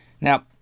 Now